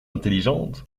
intelligente